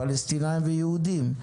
פלסטינים ויהודים.